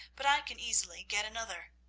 but i can easily get another.